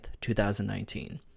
2019